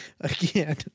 again